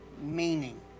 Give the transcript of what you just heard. meaning